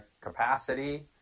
capacity